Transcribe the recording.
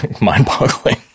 mind-boggling